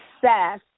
success